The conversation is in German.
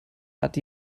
hat